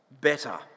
better